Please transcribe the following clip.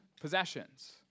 possessions